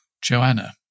Joanna